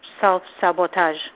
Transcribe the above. self-sabotage